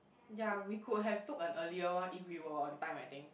yea we could have took an earlier one if we were on time I think